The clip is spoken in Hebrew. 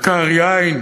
לכד יין,